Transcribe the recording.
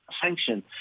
sanction